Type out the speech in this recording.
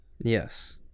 yes